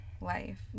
life